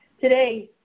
today